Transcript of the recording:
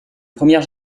première